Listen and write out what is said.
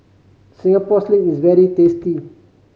Singapore Sling is very tasty